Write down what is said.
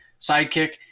sidekick